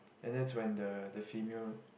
and that's when the the female